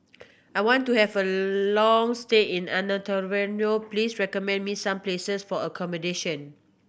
I want to have a long stay in Antananarivo please recommend me some places for accommodation